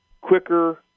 quicker